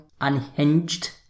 unhinged